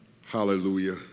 Hallelujah